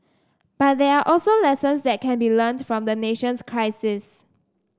but there are also lessons that can be learnt from the nation's crisis